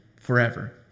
forever